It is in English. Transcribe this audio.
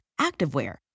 activewear